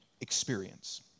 experience